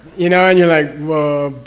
you know? and you're like, whoa, bu.